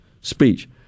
speech